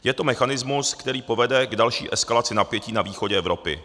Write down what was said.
Je to mechanismus, který povede k další eskalaci napětí na východě Evropy.